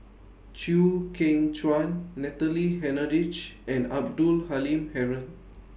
Chew Kheng Chuan Natalie Hennedige and Abdul Halim Haron